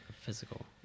physical